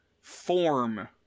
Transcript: form